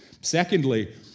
Secondly